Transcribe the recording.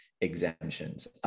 exemptions